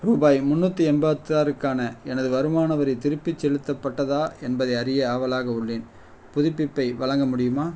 ரூபாய் முண்ணூற்றி எண்பத்தி ஆறுக்கான எனது வருமான வரி திருப்பிச் செலுத்தப்பட்டதா என்பதை அறிய ஆவலாக உள்ளேன் புதுப்பிப்பை வழங்க முடியுமா